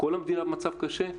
כל המדינה במצב קשה.